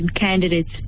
candidates